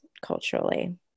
culturally